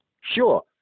Sure